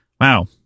Wow